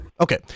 Okay